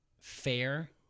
fair